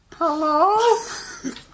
Hello